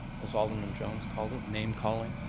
as alderman jones called it, name-calling,